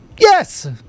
yes